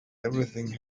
everything